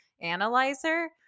analyzer